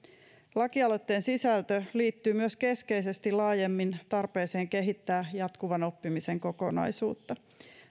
lakialoitteen sisältö liittyy myös keskeisesti laajemmin tarpeeseen kehittää jatkuvan oppimisen kokonaisuutta